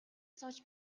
сууж